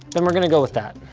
then we're gonna go with that.